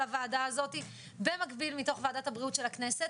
הוועדה הזאת במקביל מתוך ועדת הבריאות של הכנסת,